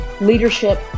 leadership